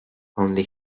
only